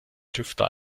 tüftler